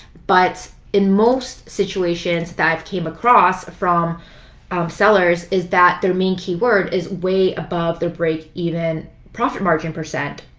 but in most situations that i have came across from sellers is that their main keyword is way above their breakeven profit margin percent.